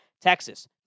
Texas